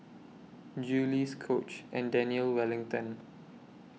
Julie's Coach and Daniel Wellington